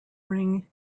ring